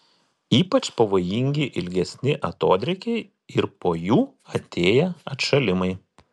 ypač pavojingi ilgesni atodrėkiai ir po jų atėję atšalimai